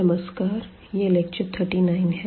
नमस्कार यह लेक्चर 39 है